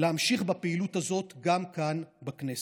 להמשיך בפעילות הזאת גם כאן בכנסת.